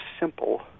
simple